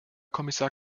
kommissar